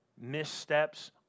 missteps